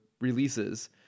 releases